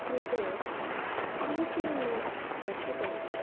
कृते प्रीतिं न दर्शितवन्तः